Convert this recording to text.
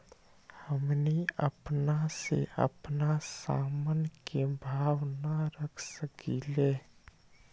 हमनी अपना से अपना सामन के भाव न रख सकींले?